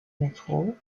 métro